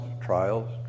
trials